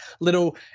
little